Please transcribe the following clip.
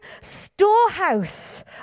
storehouse